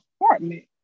apartment